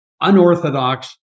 unorthodox